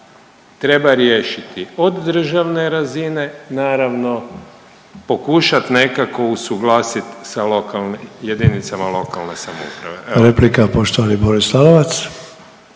treba riješiti od državne razine naravno, pokušat nekako usuglasit sa jedinicama lokalne samouprave. **Sanader, Ante